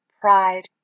pride